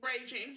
Raging